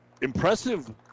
impressive